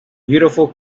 beautiful